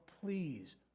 please